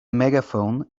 megaphone